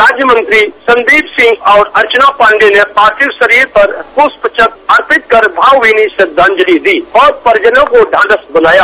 राज्य मंत्री संदीप सिंह और अर्चना पाण्डेय ने पार्थिव शरीर पर पृष्पचक्र अर्पित कर भावमीनी श्रद्वांजलि दी और परिजनों को ढांढस बंधाया